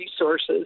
resources